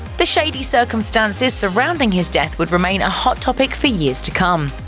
the shady circumstances surrounding his death would remain a hot topic for years to come.